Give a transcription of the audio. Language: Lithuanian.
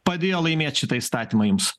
padėjo laimėt šitą įstatymą jums